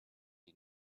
die